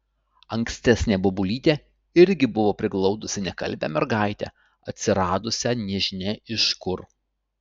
ankstesnė bobulytė irgi buvo priglaudusi nekalbią mergaitę atsiradusią nežinia iš kur